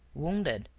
wounded,